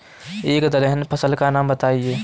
एक दलहन फसल का नाम बताइये